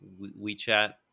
WeChat